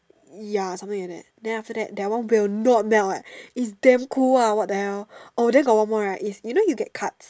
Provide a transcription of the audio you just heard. ya something like that then after that that one will not melt eh it's damn cool !wow! what the hell oh then got one more right is you know you get cuts